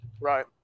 Right